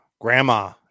grandma